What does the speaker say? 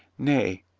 nay,